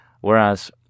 Whereas